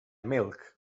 milk